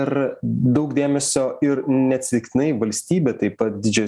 ir daug dėmesio ir neatsitiktinai valstybė taip pat didžia